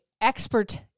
expert